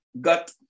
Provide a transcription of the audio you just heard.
got